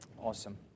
Awesome